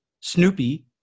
Snoopy